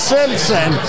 Simpson